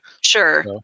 Sure